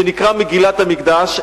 שנקרא "מגילת המקדש".